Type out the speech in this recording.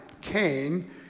Cain